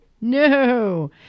No